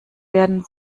werden